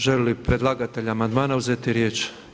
Želi li predlagatelj amandmana uzeti riječ?